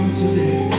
today